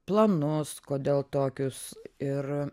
planus kodėl tokius ir